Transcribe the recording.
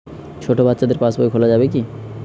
ছোট বাচ্চাদের পাশবই খোলা যাবে কি?